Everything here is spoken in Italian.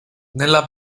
nella